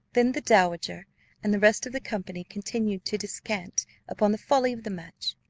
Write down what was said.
then the dowager and the rest of the company continued to descant upon the folly of the match.